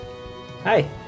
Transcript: Hi